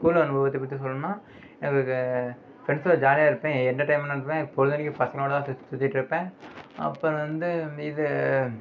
school அனுபவத்தை பற்றி சொல்லணுன்னா ஃப்ரண்ட்ஸோட ஜாலியாக இருப்பேன் எந்த டைம்ன்னு இல்லை பொழுதனிக்கும் பசங்களோடதான் சுற்றிட்ருப்பேன் அப்புறம் வந்து இது